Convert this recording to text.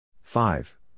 Five